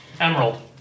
Emerald